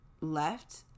left